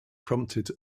prompted